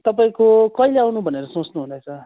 तपाईँको कहिले आउनु भनेर सोच्नुहुँदैछ